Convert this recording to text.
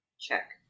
Check